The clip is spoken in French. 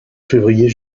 février